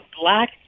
black